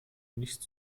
nicht